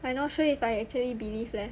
I not sure if I actually believe leh